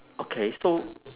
okay so